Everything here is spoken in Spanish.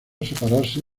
separarse